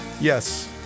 yes